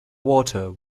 water